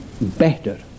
better